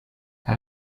how